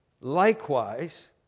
Likewise